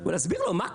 אני אענה לך.